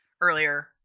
earlier